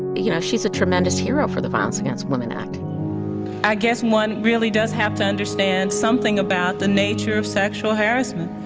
you know, she's a tremendous hero for the violence against women act i guess one really does have to understand something about the nature of sexual harassment.